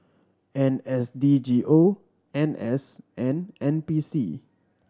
N S D G O N S and N P C